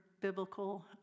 biblical